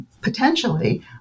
potentially